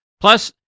Plus